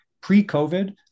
pre-COVID